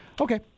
Okay